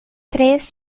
três